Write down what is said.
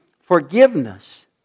forgiveness